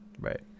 Right